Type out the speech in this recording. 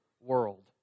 world